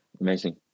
amazing